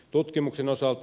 tutkimuksen osalta